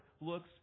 looks